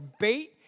bait